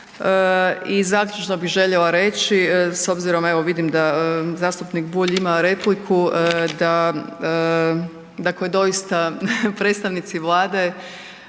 I zaključno bih željela reći s obzirom evo vidim da zastupnik Bulj ima repliku, da doista predstavnici Vlade